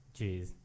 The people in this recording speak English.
Jeez